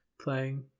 playing